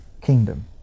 kingdom